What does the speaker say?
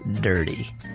dirty